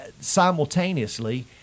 simultaneously